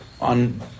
on